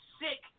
sick